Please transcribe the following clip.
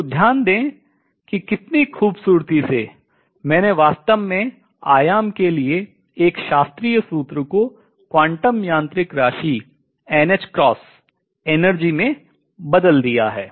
तो ध्यान दें कि कितनी खूबसूरती से मैंने वास्तव में आयाम के लिए एक शास्त्रीय सूत्र को क्वांटम यांत्रिक राशि एनर्जी ऊर्जा में बदल दिया है